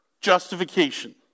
justification